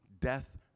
death